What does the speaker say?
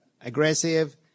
aggressive